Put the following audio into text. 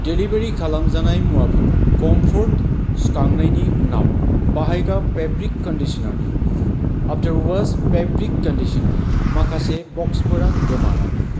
delivery खालामजानाय मुवाफोराव comfort सुखांनायनि उनाव बाहायग्रा फेब्रिक कन्दिसनारनि आप्तार अवास फेब्रिक कन्दिस्नार माखासे ब'क्सफोरा गोमानाय